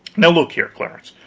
now look here, clarence,